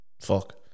Fuck